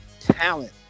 talent